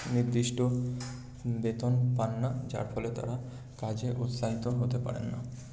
নির্দিষ্ট বেতন পান না যার ফলে তারা কাজে উৎসাহিত হতে পারেন না